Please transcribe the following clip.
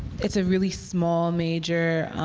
it's a really small major.